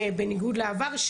בניגוד לעבר,